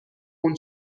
اون